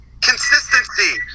Consistency